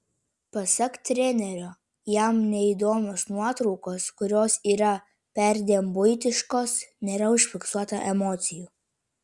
pasak trenerio jam neįdomios nuotraukos kurios yra perdėm buitiškos nėra užfiksuota emocijų